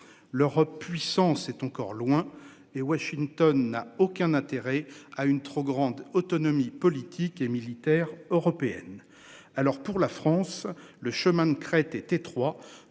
l'Europe puissance est encore loin et Washington n'a aucun intérêt à une trop grande autonomie politique et militaire européenne. Alors pour la France, le chemin de crête est étroit,